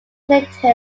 clinton